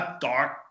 dark